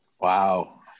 Wow